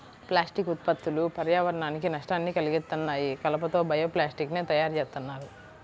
plastic ఉత్పత్తులు పర్యావరణానికి నష్టాన్ని కల్గిత్తన్నాయి, కలప తో బయో ప్లాస్టిక్ ని తయ్యారుజేత్తన్నారు